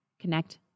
connect